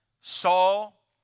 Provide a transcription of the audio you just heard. Saul